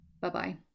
bye-bye